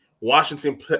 Washington